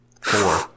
Four